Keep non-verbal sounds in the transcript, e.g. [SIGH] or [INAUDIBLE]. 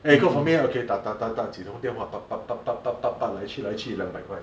eh you quote for me ah [NOISE] 几通电话 talk talk talk talk talk 来去来去两百块